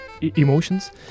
emotions